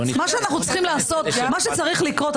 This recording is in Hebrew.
מה שצריך לקרות,